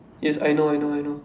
yes I know I know I know